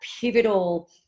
pivotal